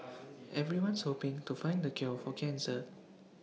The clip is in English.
everyone's hoping to find the cure for cancer